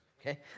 okay